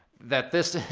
that this